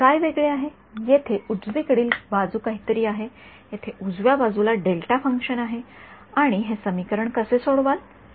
काय वेगळे आहे येथे उजवीकडील बाजू काहीतरी आहे आणि येथे उजव्या बाजूला डेल्टा फंक्शन आहे आणि हे समीकरण कसे सोडवले